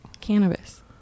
cannabis